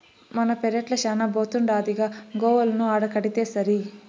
మన పెరట్ల శానా బోతుండాదిగా గోవులను ఆడకడితేసరి